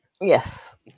Yes